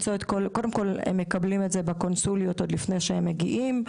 קודם כל הם מקבלים את זה בקונסוליות עוד לפני שהם מגיעים,